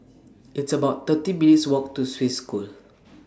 It's about thirty minutes' Walk to Swiss School